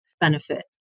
benefit